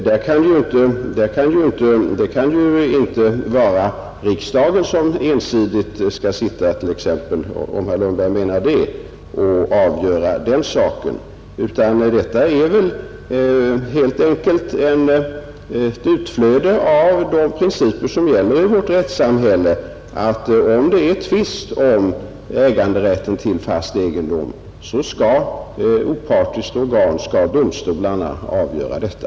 Det kan ju inte vara t.ex. riksdagen som ensidigt skall sitta och avgöra den saken — om herr Lundberg menar det — utan det är väl helt enkelt ett utflöde av de principer som gäller i vårt rättssamhälle att om det är tvist om äganderätten till fast egendom skall opartiska organ som domstolarna avgöra detta.